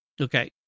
Okay